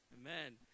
amen